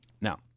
Now